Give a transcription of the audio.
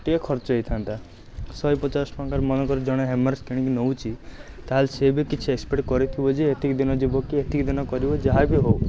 ଟିକିଏ ଖର୍ଚ୍ଚ ହେଇଥାନ୍ତା ଶହେପଚାଶଟଙ୍କାର ମନେକର ଜଣେ ହେମର୍ସ କିଣିକି ନେଉଛି ତାହେଲେ ସିଏ ବି କିଛି ଏସ୍ପେକ୍ଟ କରିଥିବ ଯେ ଏତିକି ଦିନ ଯିବ କି ଏତିକି ଦିନ କରିବ କି ଯାହା ବି ହେଉ